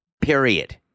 Period